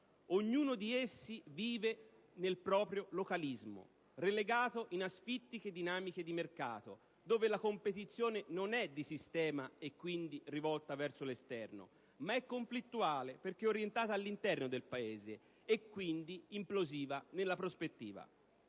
Ognuno di essi vive nel proprio localismo, relegato in asfittiche dinamiche di mercato dove la competizione non è di sistema e, quindi, rivolta verso l'esterno, ma è conflittuale perché orientata all'interno del Paese e, quindi, implosiva nella prospettiva.